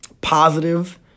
positive